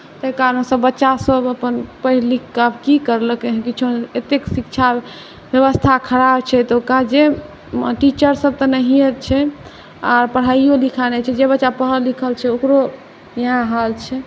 ताहि कारणसँ बच्चासभ अपन पढ़ि लिखिके आब की करलकै हेँ किछो नहि एतेक शिक्षा व्यवस्था खराब छै तऽ ओकरा जे टीचरसभ तऽ नहिए छै आ पढ़ाइओ लिखाइ नहि छै जे बच्चा पढ़ल लिखल छै से ओकरो इएह हाल छै